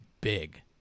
big